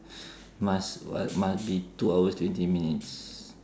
must what must be two hours twenty minutes